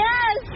Yes